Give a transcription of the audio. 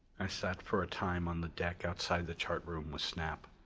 i sat for a time on the deck outside the chart room with snap.